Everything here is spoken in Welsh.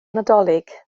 nadolig